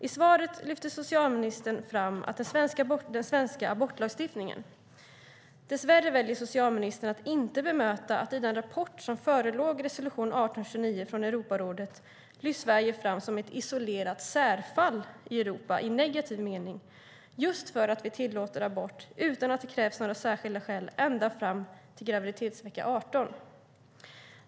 I svaret lyfter socialministern fram den svenska abortlagstiftningen. Dess värre väljer socialministern att inte bemöta att i den rapport som förelåg resolutionen 1829 från Europarådet lyfts Sverige fram som ett isolerat särfall i Europa i negativ mening just för att vi tillåter abort utan att det krävs några särskilda skäl ända fram till graviditetsvecka 18.